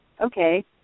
okay